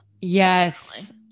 Yes